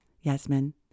Yasmin